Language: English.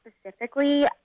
specifically